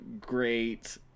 great